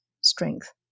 strength